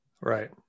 Right